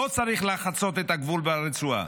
לא צריך לחצות את הגבול לרצועה,